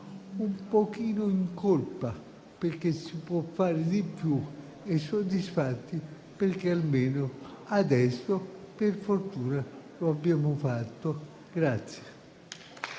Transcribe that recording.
un pochino in colpa, perché si può fare di più e soddisfatti perché almeno adesso, per fortuna, qualcosa abbiamo fatto.